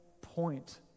point